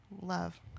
love